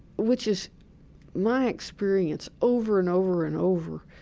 which is my experience over and over and over.